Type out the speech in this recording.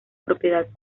propiedad